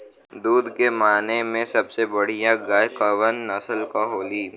दुध के माने मे सबसे बढ़ियां गाय कवने नस्ल के होली?